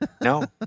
No